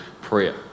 prayer